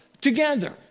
together